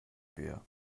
wir